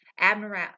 Abnormal